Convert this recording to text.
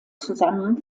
zusammen